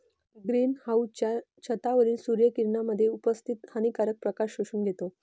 green हाउसच्या छतावरील सूर्य किरणांमध्ये उपस्थित हानिकारक प्रकाश शोषून घेतो